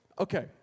Okay